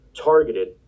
targeted